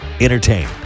Entertain